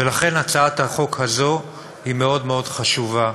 ולכן, הצעת החוק הזאת היא מאוד מאוד חשובה.